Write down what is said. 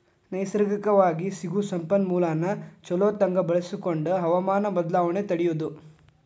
ನೈಸರ್ಗಿಕವಾಗಿ ಸಿಗು ಸಂಪನ್ಮೂಲಾನ ಚುಲೊತಂಗ ಬಳಸಕೊಂಡ ಹವಮಾನ ಬದಲಾವಣೆ ತಡಿಯುದು